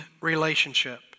relationship